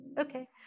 Okay